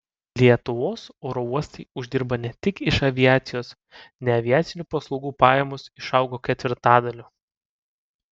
lietuvos oro uostai uždirba ne tik iš aviacijos neaviacinių paslaugų pajamos išaugo ketvirtadaliu